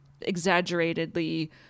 exaggeratedly